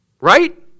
right